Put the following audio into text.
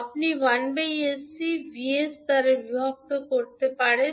আপনি 1𝑠𝐶 𝑉 𝑠 দ্বারা বিভক্ত করতে পারেন